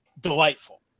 delightful